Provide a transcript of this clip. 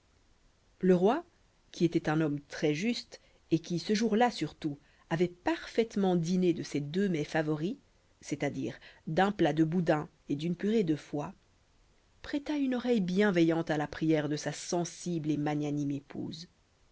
le roi qui était un homme très juste et qui ce jour-là surtout avait parfaitement dîné de ses deux mets favoris c'est-à-dire d'un plat de boudin et d'une purée de foie prêta une oreille bienveillante à la prière de sa sensible et magnanime épouse